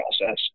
process